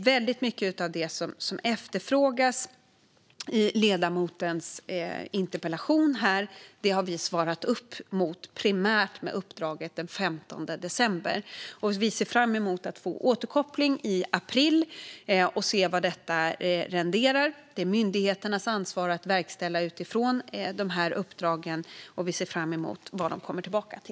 Väldigt mycket av det som efterfrågas i ledamotens interpellation menar jag att vi har svarat upp mot primärt med uppdraget den 15 december. Vi ser fram emot att få återkoppling i april och se vad detta renderar. Det är myndigheternas ansvar att verkställa utifrån de här uppdragen, och vi ser fram emot att höra vad de kommer tillbaka med.